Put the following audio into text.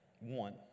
One